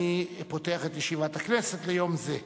אני פותח את ישיבת הכנסת ליום זה.